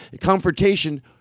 confrontation